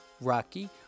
Rocky